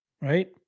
right